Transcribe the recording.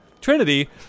Trinity